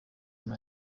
nta